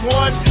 one